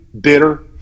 bitter